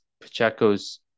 Pacheco's